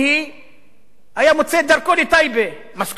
היה מוצא את דרכו לטייבה, משכורת שמנה,